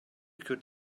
could